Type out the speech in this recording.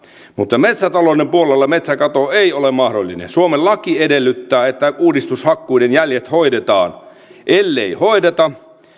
mutta metsätalouden puolella metsäkato ei ole mahdollinen suomen laki edellyttää että uudistushakkuiden jäljet hoidetaan ellei hoideta